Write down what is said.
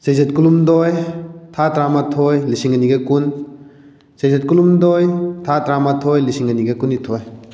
ꯆꯩꯆꯠ ꯀꯨꯟꯍꯨꯝꯗꯣꯏ ꯊꯥ ꯇꯔꯥꯃꯥꯊꯣꯏ ꯂꯤꯁꯤꯡ ꯑꯅꯤꯒ ꯀꯨꯟ ꯆꯩꯆꯠ ꯀꯨꯟꯍꯨꯝꯗꯣꯏ ꯊꯥ ꯇꯔꯥꯃꯥꯊꯣꯏ ꯂꯤꯁꯤꯡ ꯑꯅꯤꯒ ꯀꯨꯟꯅꯤꯊꯣꯏ